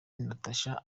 natacha